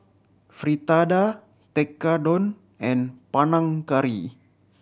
Fritada Tekkadon and Panang Curry